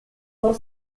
por